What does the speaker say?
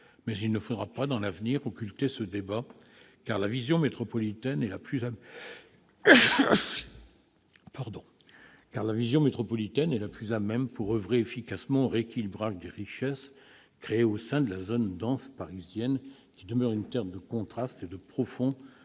Mais il ne faudra pas dans l'avenir occulter ce débat, car la vision métropolitaine est la plus à même d'oeuvrer efficacement au rééquilibrage des richesses créées au sein de la zone dense parisienne, qui demeure une terre de contrastes et de profonds